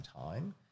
time